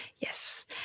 Yes